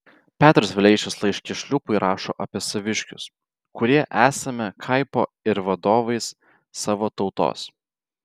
petras vileišis laiške šliūpui rašo apie saviškius kurie esame kaipo ir vadovais savo tautos